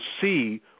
see